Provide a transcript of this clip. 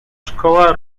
szkoła